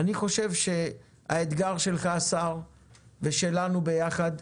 האתגר שלך ושלנו יחד,